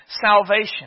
salvation